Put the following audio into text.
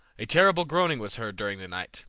a terrible groaning was heard during the night,